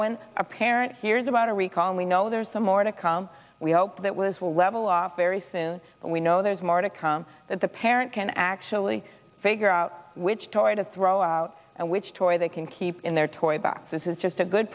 when a parent hears about a recall we know there's some more to come we hope that was will level off very soon but we know there's more to come that the parent can actually figure out which toy to throw out and which toys they can keep in their toy box this is just a good